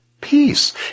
peace